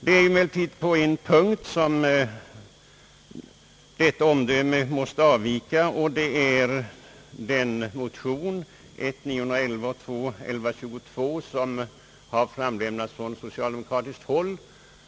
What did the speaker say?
Det är emellertid på en punkt som detta omdöme måste avvika, och det gäller motionen I: 911 och II: 1122 som framlagts från socialdemokratiskt håll.